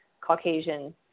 Caucasian